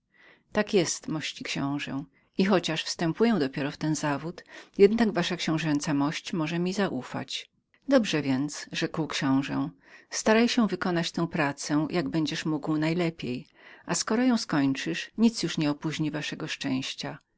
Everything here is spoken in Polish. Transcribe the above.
tak jest mości książe i chociaż wstępuję dopiero w ten zawód jednak wasza książęca mość może mi zaufać dobrze więc rzekł książe staraj się wykonać jak będziesz mógł najlepiej a skoro skończysz twoją pracę nic już nie opoźni waszego szczęścia